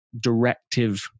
directive